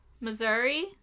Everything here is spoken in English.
Missouri